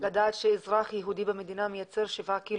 לדעת שאזרח יהודי במדינה מייצר 7 קילו